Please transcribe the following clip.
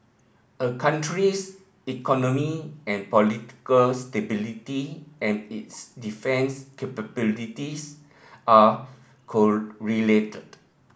a country's economy and political stability and its defence capabilities are correlated